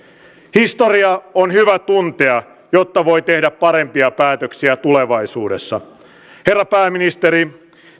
historia on hyvä tuntea jotta voi tehdä parempia päätöksiä tulevaisuudessa herra pääministeri